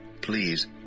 please